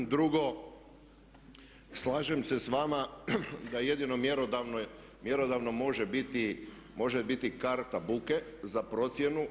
Drugo, slažem se s vama da jedino mjerodavno može biti karta buke za procjenu.